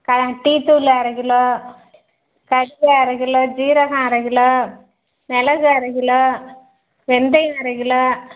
க டீத்தூள் அரைக்கிலோ கடுகு அரைக்கிலோ சீரகம் அரைக்கிலோ மிளகு அரைக்கிலோ வெந்தயம் அரைக்கிலோ